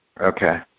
okay